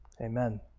amen